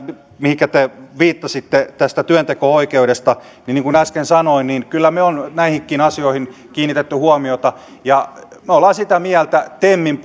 mihinkä te viittasitte tästä työnteko oikeudesta niin kuin äsken sanoin kyllä me olemme näihinkin asioihin kiinnittäneet huomiota ja me olemme sitä mieltä temin